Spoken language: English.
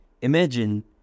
Imagine